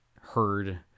heard